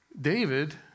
David